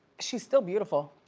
she's still beautiful.